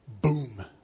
Boom